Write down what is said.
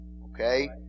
Okay